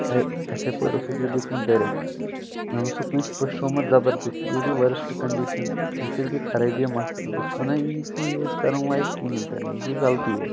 یِتھٕے پٲٹھۍ اوسُکھ یہِ دیُتمُت دٲرِتھ زَن اوسُکھ کٲنٛسہِ پُشرومُت زَبردٔستی یوت یہِ ؤرٕسٹ کِنڈِشن اَمہِ سۭتۍ گٔے خرٲبی مَستَس بہٕ چھس وَنان یہِ چھُنہٕ یوٗز کَرُن لایَق کِہینۍ تہِ نہٕ یہِ گٔے غلطی